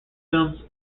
films